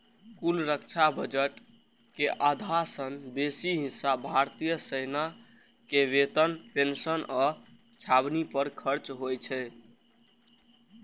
कुल रक्षा बजट के आधा सं बेसी हिस्सा भारतीय सेना के वेतन, पेंशन आ छावनी पर खर्च होइ छै